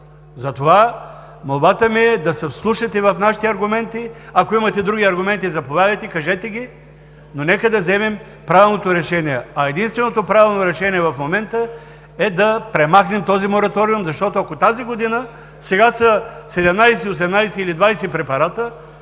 Затова молбата ми е да се вслушате в нашите аргументи. Ако имате други аргументи, заповядайте, кажете ги. Но нека да вземем правилното решение. А единственото правилно решение в момента е да премахнем този мораториум, защото ако тази година са 17, 18 или 20 препарата,